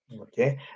Okay